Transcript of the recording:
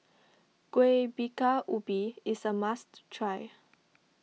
Kueh Bingka Ubi is a must try